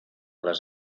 les